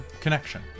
connection